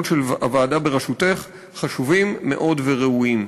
של הוועדה בראשותך חשובים מאוד וראויים.